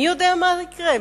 מי יודע מה יקרה?